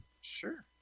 Sure